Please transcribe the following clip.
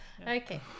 Okay